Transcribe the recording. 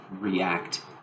react